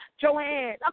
Joanne